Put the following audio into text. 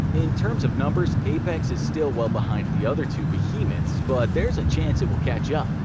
in terms of numbers, apex is still well behind the other two behemoths, but there is a chance it will catch up.